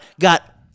got